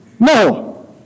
No